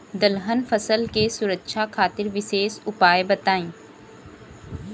दलहन फसल के सुरक्षा खातिर विशेष उपाय बताई?